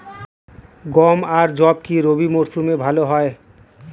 গম আর যব কি রবি মরশুমে ভালো হয়?